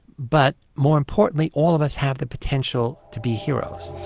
but more importantly all of us have the potential to be heroes.